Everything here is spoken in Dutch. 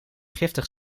giftig